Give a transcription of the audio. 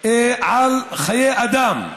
על חשבון חיי אדם.